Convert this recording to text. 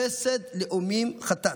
חסד לאומים חטאת.